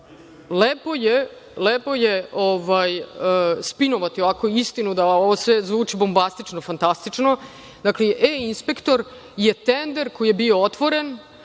lepo je spinovati istinu, ovo sve zvuči bombastično, fantastično. Dakle, e-inspektor je tender koji je bio otvoren,